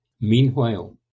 Meanwhile